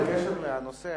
בקשר לנושא